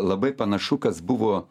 labai panašu kas buvo